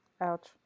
Ouch